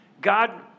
God